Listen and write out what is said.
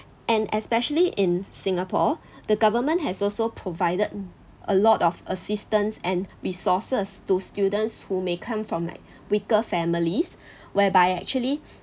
and especially in singapore the government has also provided um a lot of assistance and resources to students who may come from like weaker families whereby actually